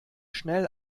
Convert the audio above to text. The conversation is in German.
schnell